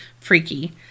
Freaky